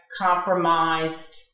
compromised